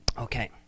Okay